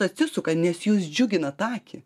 atsisuka nes jūs džiuginat akį